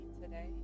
today